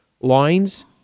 lines